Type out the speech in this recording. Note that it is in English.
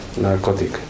narcotic